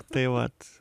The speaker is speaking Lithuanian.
tai vat